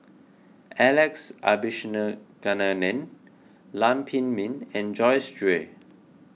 Alex Abisheganaden Lam Pin Min and Joyce Jue